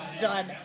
done